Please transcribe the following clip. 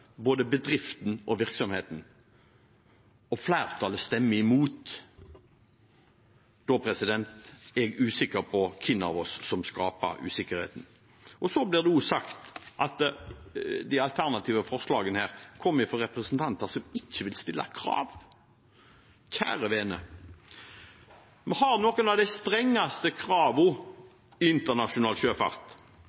både bedriften og virksomheten, og flertallet stemmer imot. Da er jeg usikker på hvem av oss som skaper usikkerhet. Det blir også sagt at de alternative forslagene kommer fra representanter som ikke vil stille krav. Kjære vene, vi har noen av de strengeste